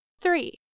Three